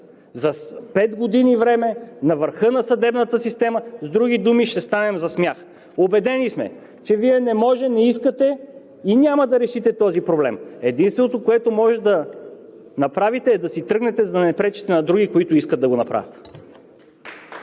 за пет години време на върха на съдебната система. С други думи – ще станем за смях! Убедени сме, че Вие не можете, не искате и няма да решите този проблем. Единственото, което може да направите, е да си тръгнете, за да не пречите на други, които искат да го направят.